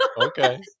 Okay